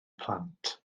plant